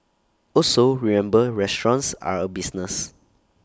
also remember restaurants are A business